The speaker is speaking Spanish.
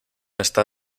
está